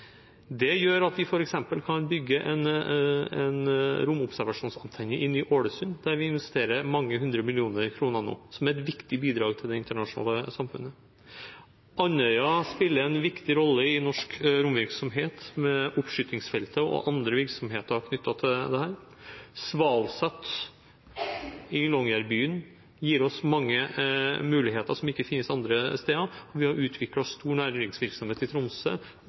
Det gjør at vi f.eks. kan bygge en romobservasjonsantenne i Ny-Ålesund, der vi investerer mange hundre millioner kroner nå, som er et viktig bidrag til det internasjonale samfunnet. Andøya spiller en viktig rolle i norsk romvirksomhet, med oppskytingsfeltet og andre virksomheter knyttet til dette. SvalSat i Longyearbyen gir oss mange muligheter som ikke finnes andre steder. Vi har utviklet stor næringsvirksomhet i Tromsø